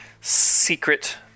secret